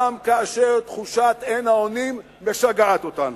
גם כאשר תחושת אין-האונים משגעת אותנו.